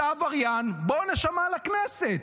אתה עבריין, בוא, נשמה, לכנסת.